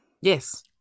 Yes